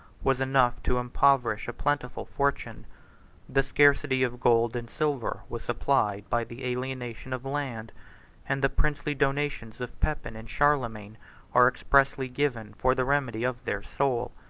was enough to impoverish a plentiful fortune the scarcity of gold and silver was supplied by the alienation of land and the princely donations of pepin and charlemagne are expressly given for the remedy of their soul.